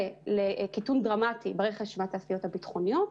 לקיטון דרמטי ברכש מהתעשיות הביטחוניות.